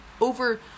over